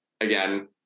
Again